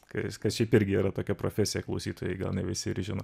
kas kas šiaip irgi yra tokia profesija klausytojai gal ne visi ir žino